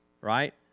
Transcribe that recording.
Right